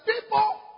people